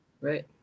Right